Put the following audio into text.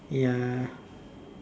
ya